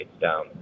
down